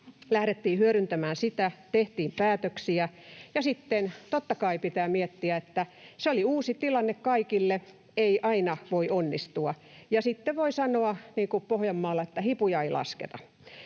lähdettiin hyödyntämään sitä, tehtiin päätöksiä, ja sitten totta kai pitää miettiä, että se oli uusi tilanne kaikille. Ei aina voi onnistua. Ja sitten voi sanoa niin kuin Pohjanmaalla, että hipuja ei lasketa.